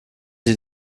sie